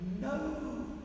no